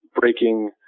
breaking